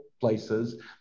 Places